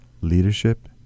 leadership